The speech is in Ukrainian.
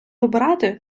вибирати